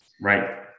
Right